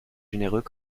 généreux